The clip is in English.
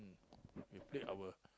we play our